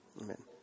Amen